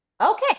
Okay